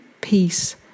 peace